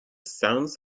sounds